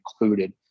included